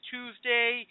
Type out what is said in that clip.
Tuesday